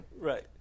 Right